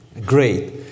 Great